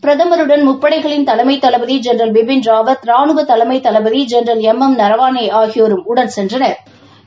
பிரதமருடன் முப்படைகளின் தலைமை தளபதி ஜெனரல் பிபின் ராவத் ரானுவ தலைமை தளபதி ஜெனரல் எம் எம் நரவாணே ஆகியோரும் உடன் சென்றனா்